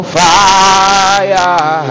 fire